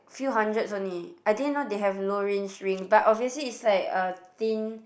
few hundreds only I didn't know they have low range ring but obviously it's like a thin